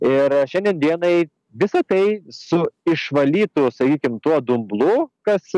ir šiandien dienai visa tai su išvalytu sakykim tuo dumblu kas